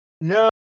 No